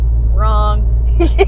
wrong